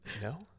no